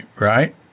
right